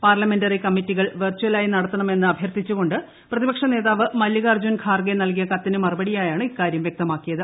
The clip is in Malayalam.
പാർലമെന്ററി കമ്മിറ്റികൾ വെർചലായി നടത്തണമെന്ന് അഭ്യർത്ഥിച്ചുകൊണ്ട് പ്രതിപക്ഷ നേതാവ് മല്ലികാർജ്ജുൻ ഖാർഗെ നൽകിയ കത്തിന് മറുപടിയിലാണ് ഇക്കാര്യം വൃക്തമാക്കിയത്